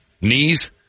Knees